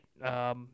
right